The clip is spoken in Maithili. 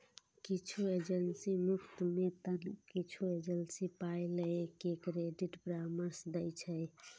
किछु एजेंसी मुफ्त मे तं किछु एजेंसी पाइ लए के क्रेडिट परामर्श दै छै